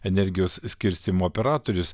energijos skirstymo operatorius